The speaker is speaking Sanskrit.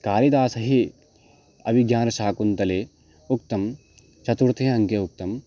कालिदासैः अभिज्ञानशाकुन्तले उक्तं चतुर्थे अङ्के उक्तम्